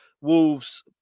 Wolves